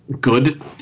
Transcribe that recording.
Good